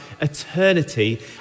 eternity